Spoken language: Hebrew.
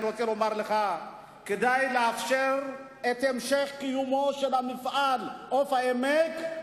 אני רוצה לומר לך: כדי לאפשר את המשך קיומו של מפעל "עוף העמק"